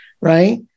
right